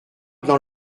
dans